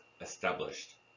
established